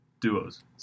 duos